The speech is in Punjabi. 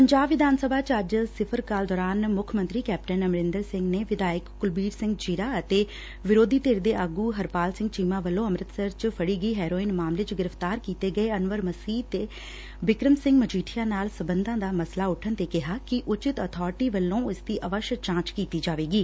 ਪੰਜਾਬ ਵਿਧਾਨ ਸਭਾ ਚ ਅੱਜ ਸਿਫ਼ਰ ਕਾਲ ਦੌਰਾਨ ਮੁੱਖ ਮੰਤਰੀ ਕੈਪਟਨ ਅਮਰੰਦਰ ਸਿੰਘ ਨੇ ਵਿਧਾਇਕ ਕੁਲਬੀਰ ਸਿੰਘ ਜ਼ੀਰਾ ਅਤੇ ਵਿਰੋਧੀ ਧਿਰ ਦੇ ਆਗੁ ਨਵਜੋਤ ਚੀਮਾ ਵੱਲੋਂ ਅੰਮ੍ਰਿਤਸਰ ਚ ਫੜੀ ਗਈ ਹੈਰੋਇਨ ਮਾਮਲੇ ਚ ਗ੍ਰਿਫ਼ਤਾਰ ਕੀਤੇ ਗਏ ਅਨਵਰ ਮਸੀਹ ਦੇ ਬਿਕਰਮ ਸਿੰਘ ਮਜੀਠੀਆ ਨਾਲ ਸਬੰਧਾਂ ਦਾ ਮਸਲਾ ਉਠਣ ਤੇ ਕਿਹਾ ਕਿ ਉਚਿਤ ਅਬਾਰਟੀ ਵੱਲੋਂ ਇਸ ਦੀ ਅਵੱਸ਼ ਜਾਂਚ ਕੀਤੀ ਜਾਏਗੀ